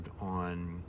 on